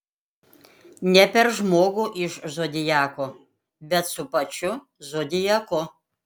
ne per žmogų iš zodiako bet su pačiu zodiaku